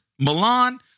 Milan